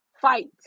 fight